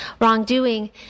wrongdoing